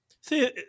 See